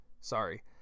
Sorry